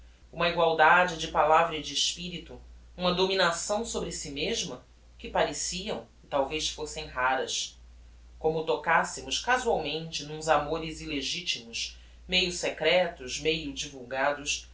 uma egualdade de palavra e de espirito uma dominação sobre si mesma que pareciam e talvez fossem raras como tocassemos casualmente n'uns amores illegitimos meio secretos meio divulgados